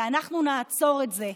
ואנחנו נעצור את זה.